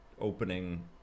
opening